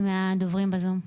ולשאלות שעלו מהדוברים בזום.